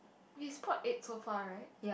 we spot eight so far right